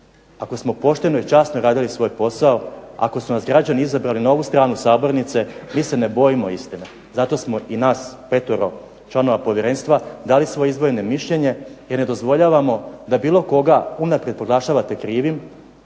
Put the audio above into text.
Ako smo pošteno i časno radili svoj posao, ako su nas građani izabrali na ovu stranu sabornice mi se ne bojimo istine. Zato smo i nas petero članova povjerenstva dali svoje izdvojeno mišljenje i ne dozvoljavamo da bilo koga unaprijed proglašavate krivim,